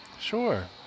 Sure